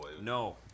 No